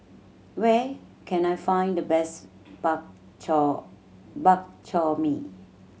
where can I find the best bak chor Bak Chor Mee